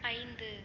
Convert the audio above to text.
ஐந்து